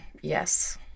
Yes